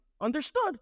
understood